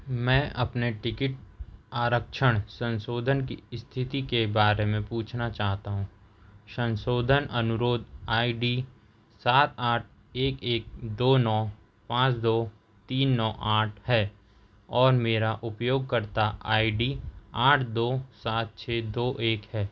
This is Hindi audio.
मैं अपने टिकट आरक्षण संशोधन की स्थिति के बारे में पूछना चाहता हूँ संशोधन अनुरोध आई डी सात आठ एक एक दो नौ पाँच दो तीन नौ आठ है और मेरा उपयोगकर्ता आई डी आठ दो सात छः दो एक है